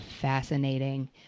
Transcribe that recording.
fascinating